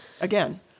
again